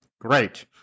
Great